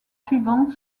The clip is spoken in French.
suivant